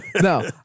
No